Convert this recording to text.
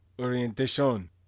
orientation